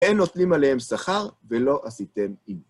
אין נותנים עליהם שכר, ולא עשיתם אימון.